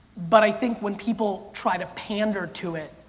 but i think when people try to pander to it,